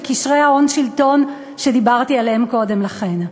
קשרי ההון-שלטון שדיברתי עליהם קודם לכן.